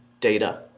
data